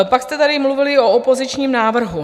Pak jste tady mluvili o opozičním návrhu.